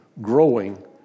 growing